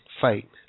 fight